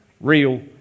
real